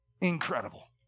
Incredible